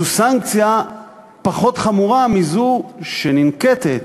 זו סנקציה פחות חמורה מזו שננקטת